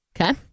Okay